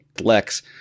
Lex